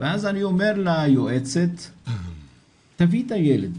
ואז אני אומר ליועצת תביאי את הילד,